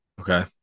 Okay